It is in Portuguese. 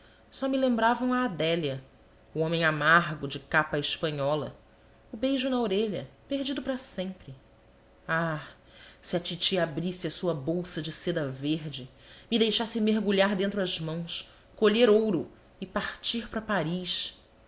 só me lembravam a adélia o homem amargo de capa à espanhola o beijo na orelha perdido para sempre ah se a titi abrisse a sua bolsa de seda verde me deixasse mergulhar dentro as mãos colher ouro e partir para paris